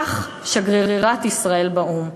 כך שגרירת ישראל באו"ם.